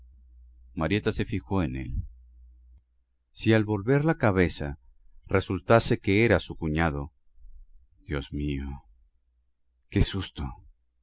marieta se fijó en él si al volver la cabeza resultase que era su cuñado dios mío qué